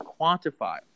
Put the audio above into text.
quantify